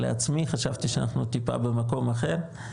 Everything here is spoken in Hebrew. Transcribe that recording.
לעצמי חשבתי שאנחנו טיפה במקום אחר.